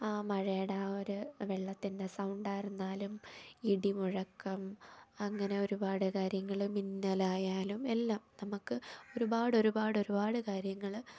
ആ മഴയുടെ ആ ഒരു വെള്ളത്തിൻ്റെ സൗണ്ടായിരുന്നാലും ഇടിമുഴക്കം അങ്ങനെ ഒരുപാട് കാര്യങ്ങൾ മിന്നലായാലും എല്ലാം നമുക്ക് ഒരുപാടൊരുപാടൊരുപാട് കാര്യങ്ങൾ